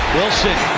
Wilson